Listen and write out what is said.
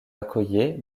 accoyer